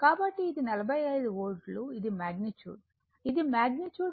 కాబట్టి ఇది 45 వోల్ట్లు ఇది మాగ్నిట్యూడ్ ఇది మాగ్నిట్యూడ్